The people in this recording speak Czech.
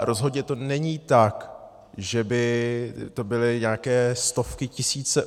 Rozhodně to není tak, že by to byly nějaké stovky tisíc úschov.